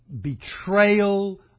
betrayal